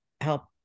help